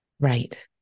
Right